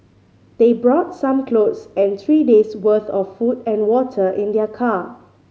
they brought some clothes and three days worth of food and water in their car